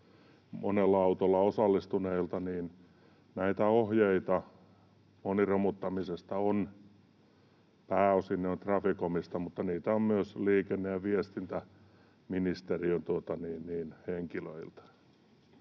monella autolla osallistuneilta, niin näitä ohjeita moniromuttamisesta on — pääosin ne ovat Traficomista, mutta niitä on myös liikenne- ja viestintäministeriön henkilöiltä.